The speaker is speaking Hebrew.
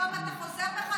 פתאום אתה חוזר בך.